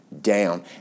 down